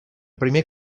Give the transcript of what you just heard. primer